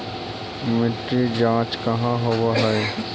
मिट्टी जाँच कहाँ होव है?